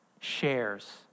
shares